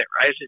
right